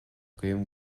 guím